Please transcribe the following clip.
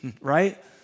right